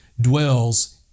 dwells